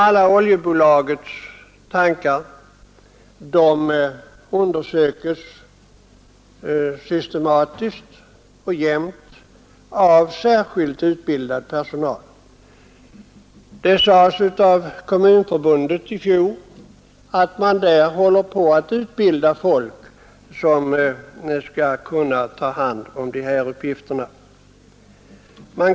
Alla oljebolagens tankar undersöks systematiskt av särskilt utbildad personal. Det sades av Kommunförbundet i fjol att man där håller på att utbilda folk som skall kunna ta hand om de här uppgifterna.